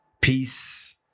Peace